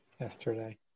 yesterday